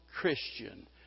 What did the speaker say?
Christian